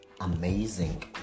amazing